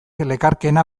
lekarkeena